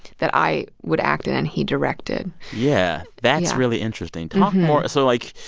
that i would act in and he directed yeah. that's really interesting. talk more. so, like,